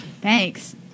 Thanks